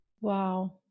Wow